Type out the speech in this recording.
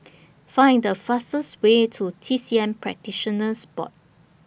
Find The fastest Way to T C M Practitioners Board